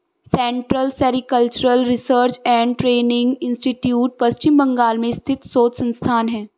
central sericultural research and training institute Paschim Bengal में स्थित शोध संस्थान है